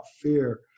fear